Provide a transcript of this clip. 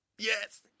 Yes